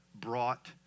brought